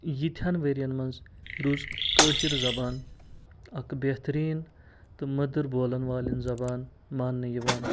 یِتھٮ۪ن ؤری یَن منٛز روٗز کٲشِر زبان اَکھ بہتریٖن تہٕ مٔدٕر بولَن والٮ۪ن زبان ماننہٕ یِوان